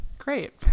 Great